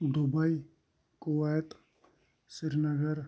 Dubai Kuwait Srinagar